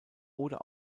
oder